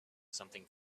something